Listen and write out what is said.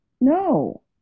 No